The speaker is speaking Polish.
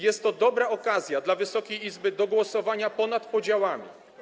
Jest to dobra okazja dla Wysokiej Izby do głosowania ponad podziałami.